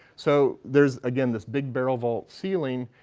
so there's, again, this big barrel vault ceiling,